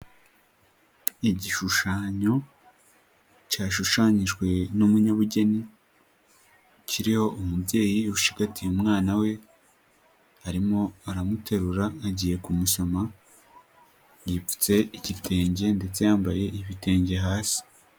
lgishushanyo cyashushanyijwe n'umunyabugeni, kiriho umubyeyi ushigatiye umwana we, arimo aramuterura agiye kumusoma, yipfutse igitenge ndetse yambaye ibitenge hasi.